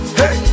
hey